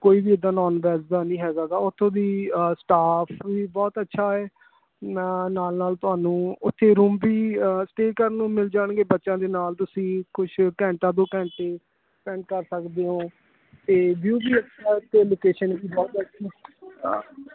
ਕੋਈ ਵੀ ਇੱਦਾਂ ਨੌਨ ਵੈੱਜ ਦਾ ਨਹੀਂ ਹੈਗਾ ਗਾ ਉੱਥੋਂ ਦੀ ਸਟਾਫ਼ ਵੀ ਬਹੁਤ ਅੱਛਾ ਹੈ ਨਾਲ ਨਾਲ ਤੁਹਾਨੂੰ ਉੱਥੇ ਰੂਮ ਵੀ ਸਟੇਅ ਕਰਨ ਨੂੰ ਮਿਲ਼ ਜਾਣਗੇ ਬੱਚਿਆਂ ਦੇ ਨਾਲ ਤੁਸੀਂ ਕੁਛ ਘੰਟਾ ਦੋ ਘੰਟੇ ਸਪੈਂਡ ਕਰ ਸਕਦੇ ਹੋ ਅਤੇ ਵਿਊ ਵੀ ਅੱਛਾ ਉੱਥੇ ਲੋਕੇਸ਼ਨ ਵੀ ਬਹੁਤ ਵਧੀਆ